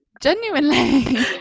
Genuinely